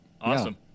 Awesome